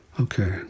Okay